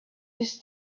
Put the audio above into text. his